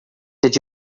did